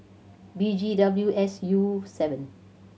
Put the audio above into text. B G W S U seven